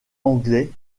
anglais